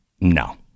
No